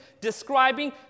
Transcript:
describing